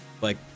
Like-